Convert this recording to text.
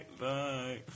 Bye